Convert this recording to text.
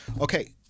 Okay